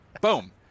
Boom